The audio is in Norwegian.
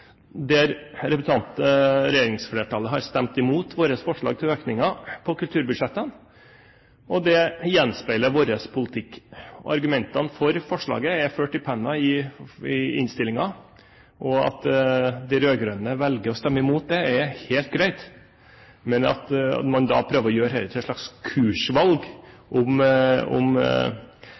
regjeringsflertallet har stemt imot våre forslag til økninger på kulturbudsjettene. Det gjenspeiler vår politikk. Argumentene for forslaget er ført i pennen i innstillingen, og at de rød-grønne velger å stemme imot det, er helt greit. Men at man da prøver å gjøre dette til et slags kursvalg om